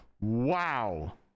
wow